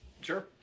Sure